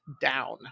down